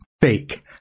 Fake